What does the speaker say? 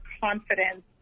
confidence